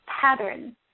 pattern